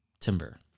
Timber